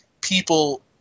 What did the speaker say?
people –